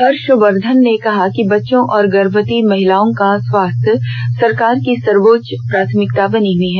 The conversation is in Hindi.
हर्षवर्धन ने कहा कि बच्चों और गर्भवती महिलाओं का स्वास्थ्य सरकार की सर्वोच्च प्राथमिकता बनी हुई है